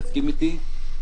יסכים איתי,